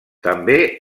també